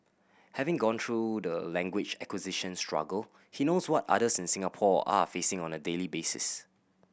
having gone through the language acquisition struggle he knows what others in Singapore are facing on a daily basis